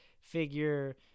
figure